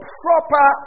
proper